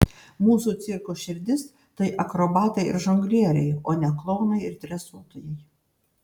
mūsų cirko širdis tai akrobatai ir žonglieriai o ne klounai ir dresuotojai